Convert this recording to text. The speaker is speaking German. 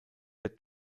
der